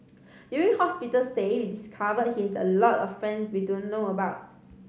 during hospital stay we discovered he has a lot of friends we don't know about